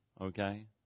Okay